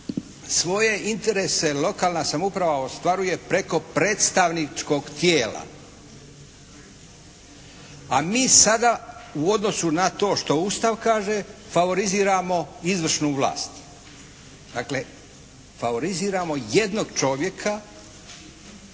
svoje interese lokalna samouprava ostvaruje preko predstavničkog tijela. A mi sada u odnosu na to što Ustav kaže favoriziramo izvršnu vlast. Dakle, favoriziramo jednog čovjeka